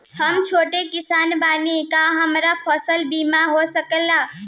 हम छोट किसान बानी का हमरा फसल बीमा हो सकेला?